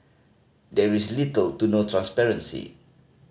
there is little to no transparency